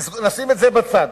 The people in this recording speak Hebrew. נשים את זה בצד.